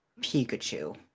pikachu